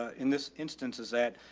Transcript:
in this instance is that,